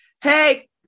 Hey